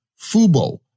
Fubo